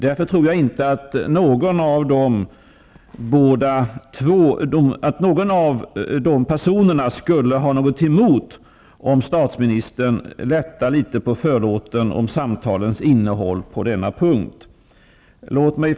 Jag tror därför inte att någon av dessa båda personer skulle ha något emot att statsministern lättade något på förlåten om samtalens innehåll på denna punkt. Herr talman!